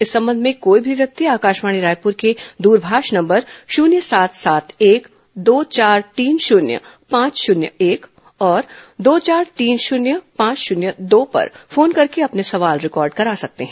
इस संबंध में कोई भी व्यक्ति आकाशवाणी रायपुर के द्रभाष नम्बर शुन्य सात सात एक दो चार तीन शून्य पांच शून्य एक और दो चार तीन शून्य पांच शून्य दो पर फोन करके अपना सवाल रिकॉर्ड करा सकते हैं